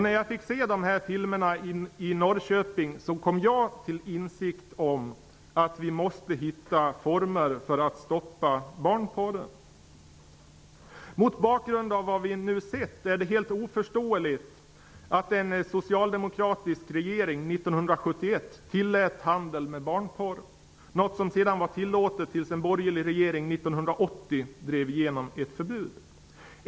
När jag fick se dessa filmer i Norrköping kom jag till insikt om att vi måste hitta former för att stoppa barnpornografin. Mot bakgrund av vad vi nu sett är det helt oförståeligt att en socialdemokratisk regering 1971 tillät handel med barnporr, något som sedan var tillåtet tills en borgerlig regering 1980 drev igenom ett förbud.